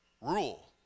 rule